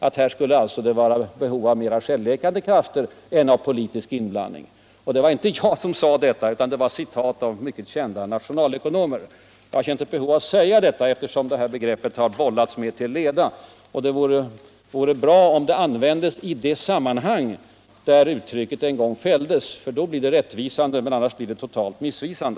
Det var i detta sammanhang som begreppet de självläkande krafterna kom in i bilden. Men det var inte jag som sade detta. Jag återgav citat av mycket kända nationalekonomer. Jag har känt ett behov av att säga detta nu, eftersom det har bollats med detta uttalande till leda. Det vore bra om man satte in det i si rätta sammanhang. Då blir det rättvisande; annars blir det totalt miss visande.